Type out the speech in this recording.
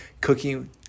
cooking